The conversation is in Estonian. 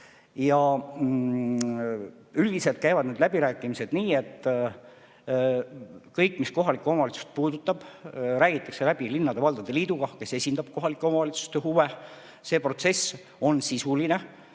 Üldiselt käivad läbirääkimised nii, et kõik, mis kohalikku omavalitsust puudutab, räägitakse läbi linnade ja valdade liiduga, kes esindab kohalike omavalitsuste huve. See protsess on sisuline,